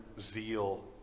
zeal